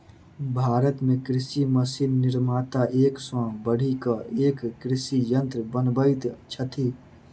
भारत मे कृषि मशीन निर्माता एक सॅ बढ़ि क एक कृषि यंत्र बनबैत छथि